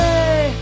Hey